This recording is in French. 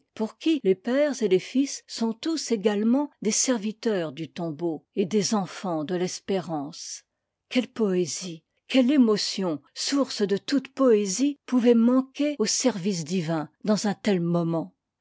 pour qui les pères et les fils sont tous également des serviteurs du tombeau et des enfants de fespérance quelle poésie quelle émotion source de toute poésie pouvait manquer au service divin dans un tel moment